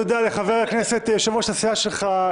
ליושב-ראש הסיעה שלך,